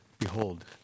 behold